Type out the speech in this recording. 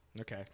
Okay